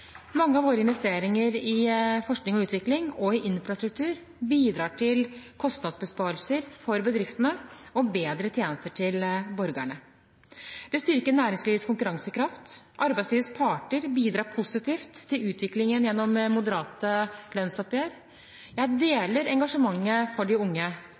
Mange av våre investeringer i forskning og utvikling og i infrastruktur bidrar til kostnadsbesparelser for bedriftene og bedre tjenester til borgerne. Det styrker næringslivets konkurransekraft. Arbeidslivets parter bidrar positivt til utviklingen gjennom moderate lønnsoppgjør. Jeg deler engasjementet for de unge.